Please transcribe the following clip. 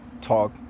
talk